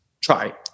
try